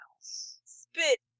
Spit